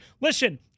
Listen